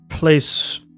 Place